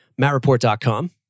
MattReport.com